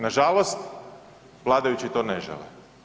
Nažalost vladajući to ne žele.